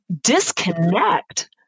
disconnect